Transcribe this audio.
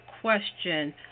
question